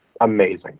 Amazing